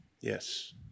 Yes